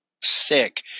sick